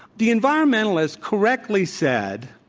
the environmentalists correctly said,